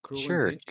sure